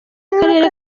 w’akarere